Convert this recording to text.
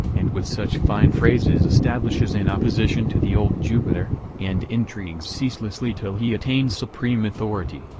and with such fine phrases establishes an opposition to the old jupiter, and intrigues ceaselessly till he attains supreme authority,